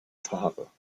fahrer